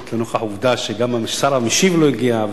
לנוכח העובדה שגם השר המשיב לא הגיע,